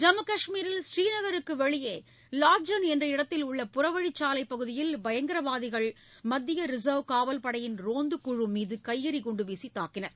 ஜம்மு காஷ்மீரில் ஸ்ரீநகருக்கு வெளியே வாஸ்ட்ஜான் என்ற இடத்தில் உள்ள புறவழி சாலை பகுதியில் பயங்கரவாதிகள் மத்திய ரிச்வ் காவல்படையின் ரோந்து குழு மீது கையெறி குண்டு வீசி தாக்கினார்கள்